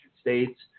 State's